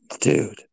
dude